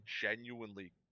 genuinely